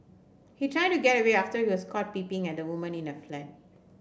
he tried to get away after he was caught peeping at a woman in her flat